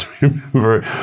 remember